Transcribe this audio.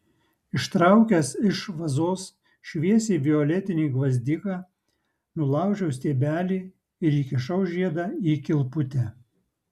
ištraukęs iš vazos šviesiai violetinį gvazdiką nulaužiau stiebelį ir įkišau žiedą į kilputę